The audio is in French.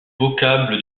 vocable